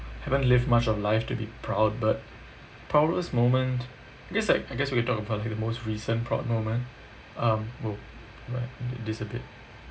haven't lived much of life to be proud but proudest moment guess like I guess we can talk about the most recent proud moment um !whoa! alright disappeared